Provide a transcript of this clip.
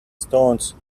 stones